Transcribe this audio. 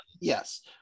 yes